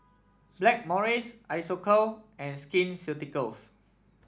Blackmores Isocal and Skin Ceuticals